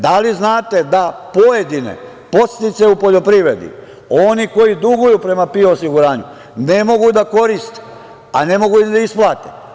Da li znate da pojedine podsticaje u poljoprivredi oni koji duguju prema PIO osiguranju ne mogu da koriste, a ne mogu ni da isplate.